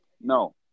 no